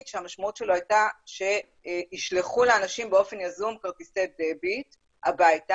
שהמשמעות שלו הייתה שישלחו לאנשים באופן יזום כרטיסי דביט הביתה,